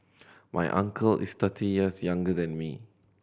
my uncle is thirty years younger than me